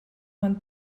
man